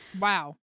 Wow